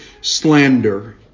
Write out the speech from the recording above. slander